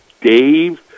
Dave